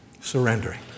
surrendering